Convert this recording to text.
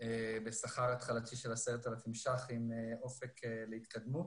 בשכר התחלתי של 10,000 ₪ עם אופק להתקדמות.